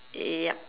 ya